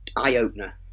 eye-opener